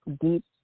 deep